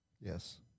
Yes